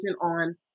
on